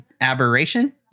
aberration